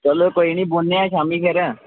चलो कोई निं बौह्न्ने आं शाम्मीं फिर